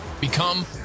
Become